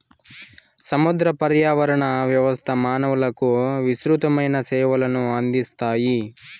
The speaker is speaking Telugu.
సముద్ర పర్యావరణ వ్యవస్థ మానవులకు విసృతమైన సేవలను అందిస్తాయి